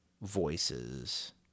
voices